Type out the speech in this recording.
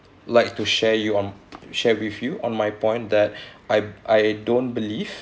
like to share you on share with you on my point that I I don't believe